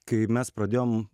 kai mes pradėjom